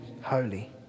holy